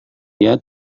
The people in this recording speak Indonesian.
dia